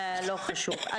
לא חשוב.